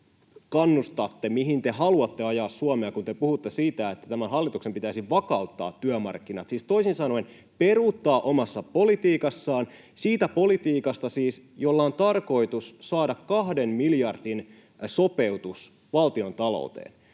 kannustatte, mihin te haluatte ajaa Suomea, kun te puhutte siitä, että tämän hallituksen pitäisi vakauttaa työmarkkinat, siis toisin sanoen peruuttaa omasta politiikastaan, siis siitä politiikasta, jolla on tarkoitus saada kahden miljardin sopeutus valtiontalouteen.